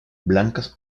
blancas